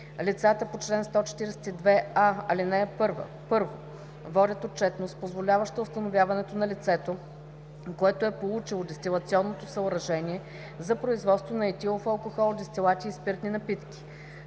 Лицата по чл. 142а, ал. 1: 1. водят отчетност, позволяваща установяването на лицето, което е получило дестилационното съоръжение за производството на етилов алкохол, дестилати и спиртни напитки;